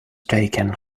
taken